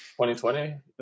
2020